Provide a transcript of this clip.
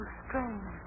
strange